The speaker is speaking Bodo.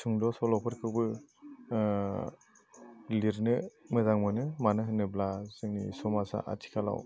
सुंद' सल'फोरखौबो लिरनो मोजां मोनो मानो होनोब्ला जोंनि समाजा आथिखालाव